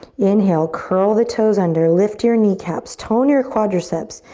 inhale, curl the toes under, lift your kneecaps, tone your quadriceps.